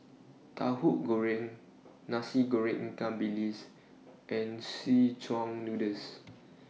Tahu Goreng Nasi Goreng Ikan Bilis and Szechuan Noodles